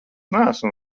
neesmu